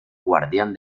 guardián